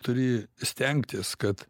turi stengtis kad